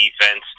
defense